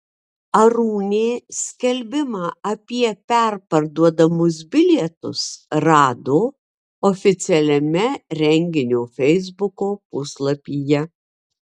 arūnė skelbimą apie perparduodamus bilietus rado oficialiame renginio feisbuko puslapyje